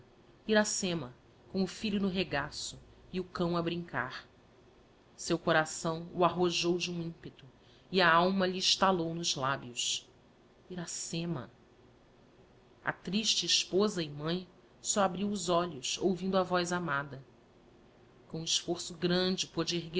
iracema com o íilho no regaço e o cão a brincar seu coração o arrojou de um ímpeto e a alma lhe estalou nos lábios iracema a triste esposa e mãe soabriu os olhos ouvindo a voz amada com esforço grande poude